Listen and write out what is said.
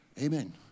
Amen